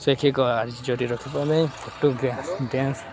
ଶିକ୍ଷିକ ଆଜି ଜୋଡ଼ି ରଖିବା ଆମେ ଫୋଟୋଗ୍ରାଫ ଡ୍ୟାନ୍ସ